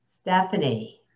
Stephanie